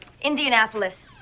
Indianapolis